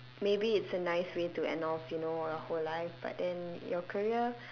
maybe it's a nice way to end off you know your whole life but then your career